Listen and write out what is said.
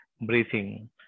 breathing